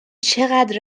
چقدر